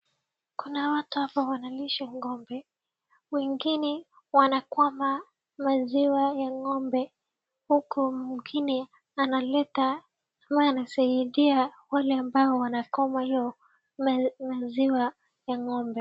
Kuna watu hapa wanalisha ng'ombe, wengine wanakama maziwa ya ng'ombe huku mwingine analeta ama anasaidia wale ambao wanakama hiyo maziwa ya ng'ombe.